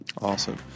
Awesome